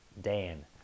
Dan